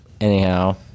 anyhow